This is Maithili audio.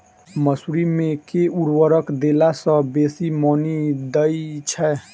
मसूरी मे केँ उर्वरक देला सऽ बेसी मॉनी दइ छै?